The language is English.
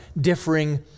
differing